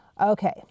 okay